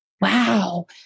Wow